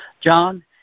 John